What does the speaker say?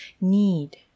need